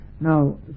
now